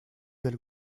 del